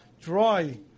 dry